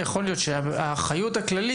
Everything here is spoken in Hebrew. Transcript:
יכול להיות שהאחריות הכללית,